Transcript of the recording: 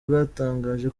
bwatangaje